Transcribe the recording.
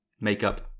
Makeup